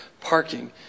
parking